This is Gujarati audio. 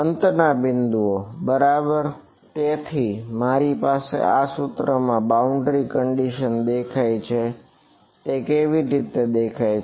અંતના બિંદુઓ બરાબર તેથી મારી પાસે આ સૂત્રમાં બાઉન્ડ્રી કંડીશન દેખાય છે તે કેવી રીતે દેખાય છે